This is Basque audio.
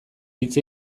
hitz